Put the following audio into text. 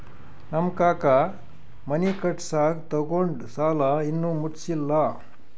ನಮ್ ಕಾಕಾ ಮನಿ ಕಟ್ಸಾಗ್ ತೊಗೊಂಡ್ ಸಾಲಾ ಇನ್ನಾ ಮುಟ್ಸಿಲ್ಲ